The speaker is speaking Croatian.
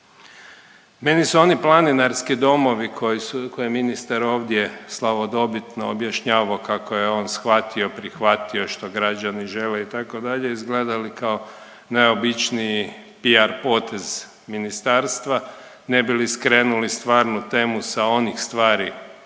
Meni su oni planinarski domovi koje je ministar ovdje slavodobitno objašnjavao kako je on shvatio, prihvatio što građani žele, itd., izgledali kao najobičniji PR potez ministarstva, ne bi li skrenuli stvarnu temu sa onih stvari koje